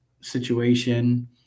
situation